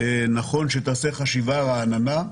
נכון שתעשה חשיבה רעננה,